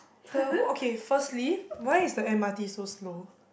the okay firstly why is the M_R_T so slow